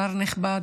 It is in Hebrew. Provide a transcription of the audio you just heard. שר נכבד,